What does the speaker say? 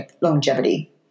longevity